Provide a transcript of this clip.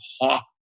hawk